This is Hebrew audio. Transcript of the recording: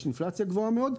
יש אינפלציה גבוהה מאוד.